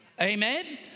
amen